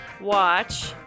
watch